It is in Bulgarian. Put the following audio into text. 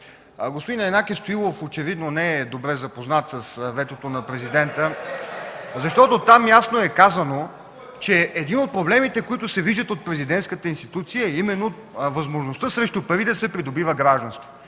Господин Янаки Стоилов очевидно не е добре запознат с ветото на Президента (силен шум и реплики), защото там ясно е казано, че един от проблемите, които се виждат от президентската институция, е именно възможността срещу пари да се придобива гражданство.